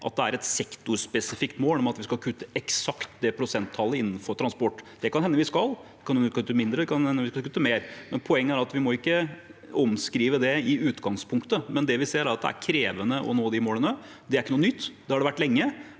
at det er et sektorspesifikt mål om at vi skal kutte eksakt det prosenttallet innenfor transport. Det kan det hende vi skal – kan hende vi kutter mindre, kan hende vi kan kutte mer. Poenget er at vi ikke må omskrive det i utgangspunktet. Det vi ser, er at det er krevende å nå de målene. Det er ikke noe nytt, slik har det vært lenge